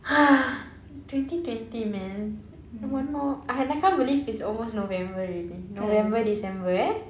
twenty twenty man one more and I can't believe it's almost november already november december eh